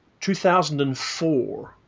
2004